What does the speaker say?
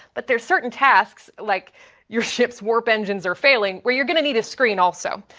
but there are certain tasks like your ship's warp engines are failing where you're going to need a screen also.